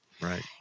right